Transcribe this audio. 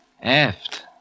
Aft